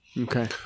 Okay